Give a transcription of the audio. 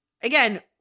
Again